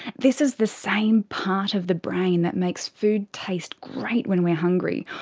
this is the same part of the brain that makes food taste great when we're hungry,